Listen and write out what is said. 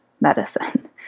medicine